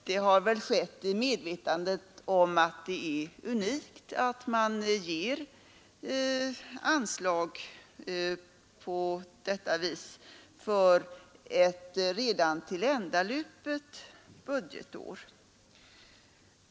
Det har väl skett i medvetandet om att det är unikt att man ger anslag för ett redan tilländalupet budgetår.